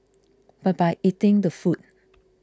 but by eating the food